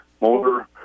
motor